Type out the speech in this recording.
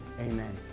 Amen